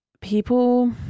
people